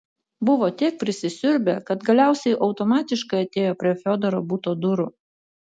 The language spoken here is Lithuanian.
buvo tiek prisisiurbę kad galiausiai automatiškai atėjo prie fiodoro buto durų